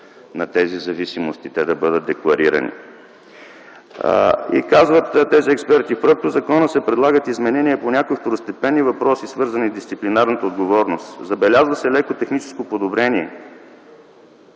на тези зависимости, те да бъдат декларирани. И тези експерти казват: „В законопроекта се предлагат изменения по някои второстепенни въпроси, свързани с дисциплинарната отговорност. Забелязва се леко техническо подобрение”.